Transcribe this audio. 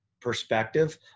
perspective